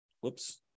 whoops